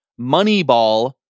Moneyball